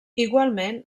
igualment